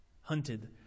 Hunted